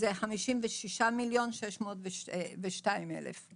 עומד על 56,602,000 מיליון.